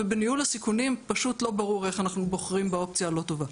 ובניהול הסיכונים פשוט לא ברור איך אנחנו בוחרים באופציה הלא טובה,